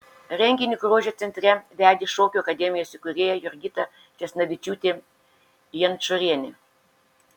renginį grožio centre vedė šokių akademijos įkūrėja jurgita česnavičiūtė jančorienė